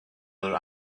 other